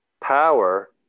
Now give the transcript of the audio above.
power